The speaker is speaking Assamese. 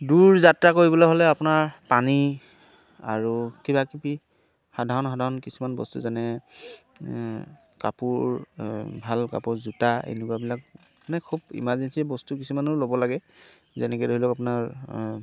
দূৰ যাত্ৰা কৰিবলৈ হ'লে আপোনাৰ পানী আৰু কিবাকিবি সাধাৰণ সাধাৰণ কিছুমান বস্তু যেনে কাপোৰ ভাল কাপোৰ জোতা এনেকুৱাবিলাক মানে খুব ইমাৰ্জেঞ্চি বস্তু কিছুমানো ল'ব লাগে যেনেকে ধৰি লওক আপোনাৰ